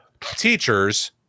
teachers